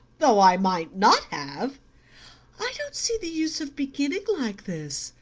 though i might not have i don't see the use of beginning like this,